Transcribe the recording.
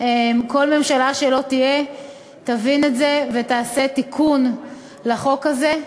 כל ממשלה שלא תהיה תבין את זה ותעשה תיקון לחוק הזה.